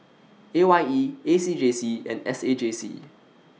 A Y E A C J C and S A J C